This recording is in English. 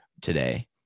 today